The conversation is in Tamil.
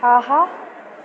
ஆஹா